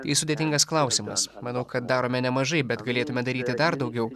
jis sudėtingas klausimas manau kad darome nemažai bet galėtumėme daryti dar daugiau